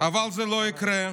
אבל זה לא יקרה,